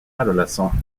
adolescent